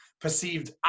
perceived